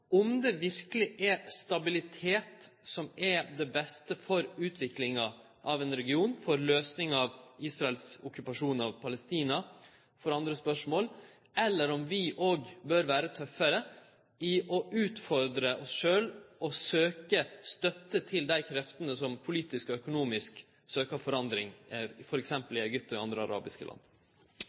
om det verkeleg er stabilitet som er det beste for utviklinga av ein region, for ei løysing av Israels okkupasjon av Palestina og for andre spørsmål, eller om vi bør vere tøffare med å utfordre oss sjølve og søkje støtte til dei kreftene som politisk og økonomisk søkjer forandring, f.eks. i Egypt og i andre arabiske land.